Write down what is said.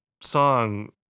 song